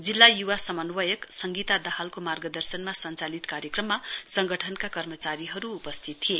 जिल्ला युवा समन्वयक सङ्गीता दाहालको मार्गदर्शनमा संचालित कार्यक्रममा संगठनका कर्मचारीहरु उपस्थित थिए